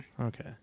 Okay